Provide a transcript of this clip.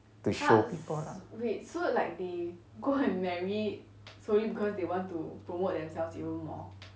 to show people lah